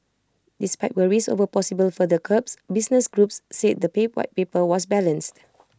despite worries over possible further curbs business groups said the White Paper was balanced